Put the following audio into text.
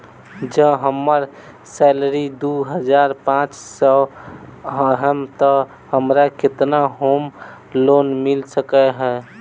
जँ हम्मर सैलरी दु हजार पांच सै हएत तऽ हमरा केतना होम लोन मिल सकै है?